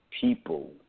people